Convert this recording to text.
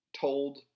told